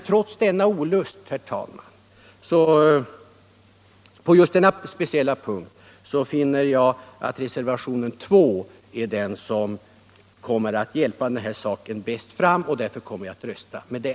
Trots olust, herr talman, på denna speciella punkt finner jag att reservationen 2 är den som kommer att hjälpa saken bäst framåt, och därför kommer jag att rösta med den.